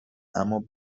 اما